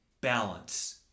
balance